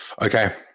okay